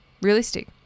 realistic